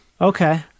Okay